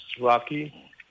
Rocky